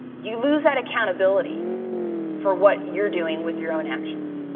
you lose that accountability for what you're doing with your own actions.